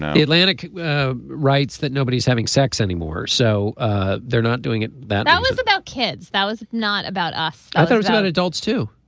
the atlantic writes that nobody's having sex anymore so ah they're not doing it that ah was about kids. that was not about us. ah it's about adults too.